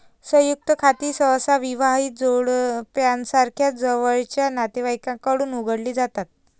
संयुक्त खाती सहसा विवाहित जोडप्यासारख्या जवळच्या नातेवाईकांकडून उघडली जातात